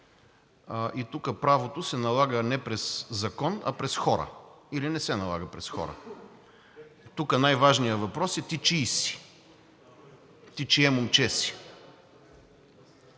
и тук правото се налага не през закон, а през хора, или не се налага през хора. Тук най-важният въпрос е ти чий си, ти чие момче си